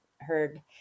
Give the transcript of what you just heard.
heard